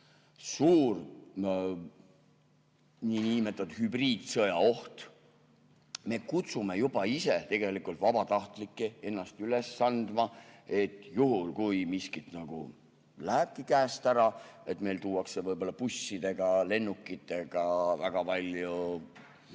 suur niinimetatud hübriidsõja oht. Me kutsume juba tegelikult vabatahtlikke ennast üles andma. Juhul, kui miskit lähebki käest ära, siis meile tuuakse võib-olla busside ja lennukitega väga palju